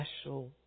special